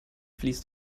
fließt